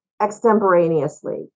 extemporaneously